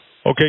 Okay